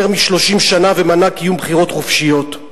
מ-30 שנה ומנע קיום בחירות חופשיות.